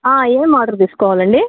ఏం ఆర్డర్ తీసుకోవాలండి